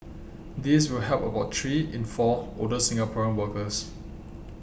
this will help about three in four older Singaporean workers